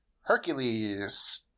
Hercules